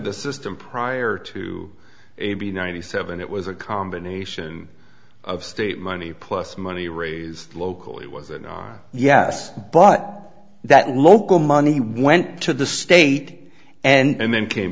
the system prior to a b ninety seven it was a combination of state money plus money raised locally wasn't on yes but that local money went to the state and then came